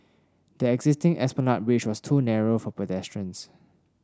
the existing Esplanade Bridge was too narrow for pedestrians